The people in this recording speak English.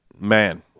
man